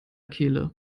kehle